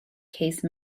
case